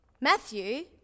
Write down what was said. Matthew